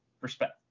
respect